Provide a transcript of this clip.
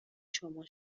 شما